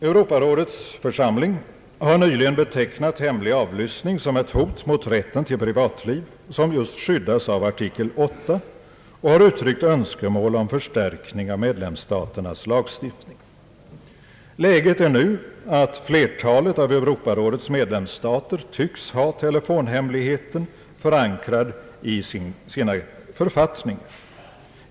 Europarådets församling har nyligen betecknat hemlig avlyssning som ett hot mot rätten till privatliv, som skyddas just av artikel 8, och har uttryckt önskemål om förstärkning av medlemsstaternas lagstiftning. Läget är nu det att flertalet av Europarådets medlemsstater tycks ha telefonhemligheten fastställd i sina författningar.